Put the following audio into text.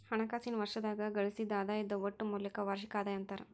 ಹಣಕಾಸಿನ್ ವರ್ಷದಾಗ ಗಳಿಸಿದ್ ಆದಾಯದ್ ಒಟ್ಟ ಮೌಲ್ಯಕ್ಕ ವಾರ್ಷಿಕ ಆದಾಯ ಅಂತಾರ